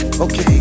Okay